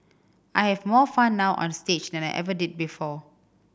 I have more fun now onstage than I ever did before